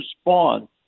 spawn